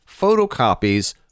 photocopies